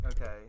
okay